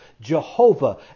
Jehovah